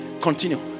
Continue